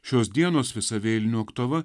šios dienos visa vėlinių oktava